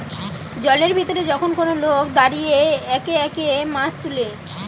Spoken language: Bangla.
জলের ভিতরে যখন কোন লোক দাঁড়িয়ে একে একে মাছ তুলে